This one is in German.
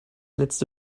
letzte